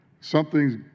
something's